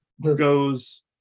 goes